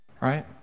Right